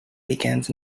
begins